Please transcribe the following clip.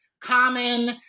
common